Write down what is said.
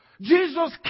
Jesus